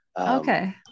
Okay